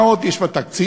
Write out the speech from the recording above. מה עוד יש בתקציב?